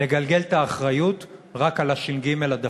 לגלגל את האחריות רק על הש"ג הדפוק.